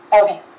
Okay